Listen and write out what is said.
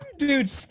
dude